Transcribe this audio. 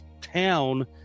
town